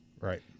right